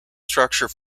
structure